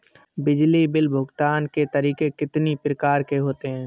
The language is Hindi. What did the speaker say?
बिजली बिल भुगतान के तरीके कितनी प्रकार के होते हैं?